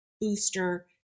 booster